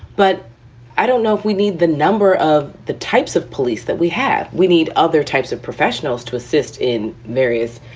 but i don't know if we need the number of the types of police that we had. we need other types of professionals to assist in various